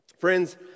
Friends